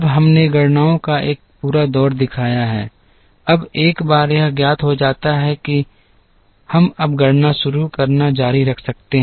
अब हमने गणनाओं का एक पूरा दौर दिखाया है अब एक बार यह ज्ञात हो जाता है कि हम अब गणना शुरू करना जारी रख सकते हैं